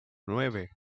nueve